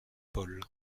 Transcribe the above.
paul